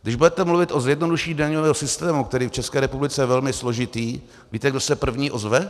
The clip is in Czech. Když budete mluvit o zjednodušení daňového systému, který je v České republice velmi složitý, víte, kdo se první ozve?